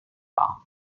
wahr